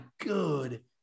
good